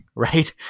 right